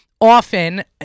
often